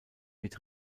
mit